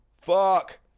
Fuck